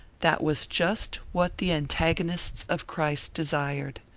that was just what the antagonists of christ desired.